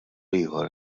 ieħor